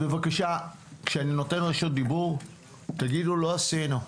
בבקשה, כשאני נותן רשות דיבור, תגידו: לא עשינו.